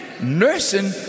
nursing